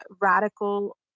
radical